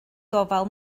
gofal